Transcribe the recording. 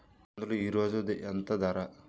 కందులు ఈరోజు ఎంత ధర?